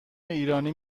ایرانی